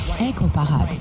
incomparable